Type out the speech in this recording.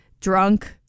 drunk